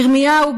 ירמיהו,